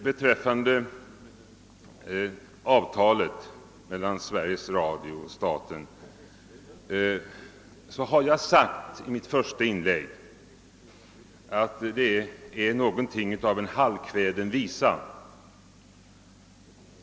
I mitt första inlägg sade jag att reservationen beträffande avtalet mellan staten och Sveriges Radio är något av en halvkväden visa.